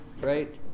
right